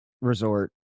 resort